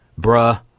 bruh